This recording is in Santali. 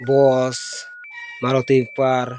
ᱵᱟᱥ ᱢᱟᱨᱚᱛᱤ ᱩᱯᱟᱨ